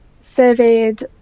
surveyed